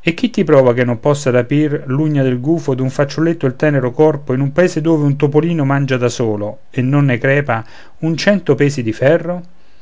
e chi ti prova che non possa rapir l'ugna del gufo d'un fanciulletto il tenerello corpo in un paese dove un topolino mangia da solo e non ne crepa un cento pesi di ferro